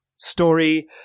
Story